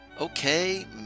Okay